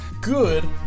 good